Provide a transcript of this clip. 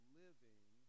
living